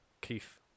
Keith